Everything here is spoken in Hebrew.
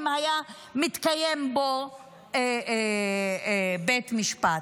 אם היה מובא לבית משפט.